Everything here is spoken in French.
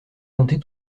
comptez